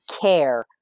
care